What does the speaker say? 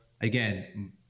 again